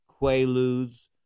quaaludes